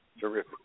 terrific